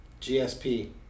GSP